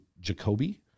Jacoby